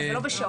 זה לא בשעות.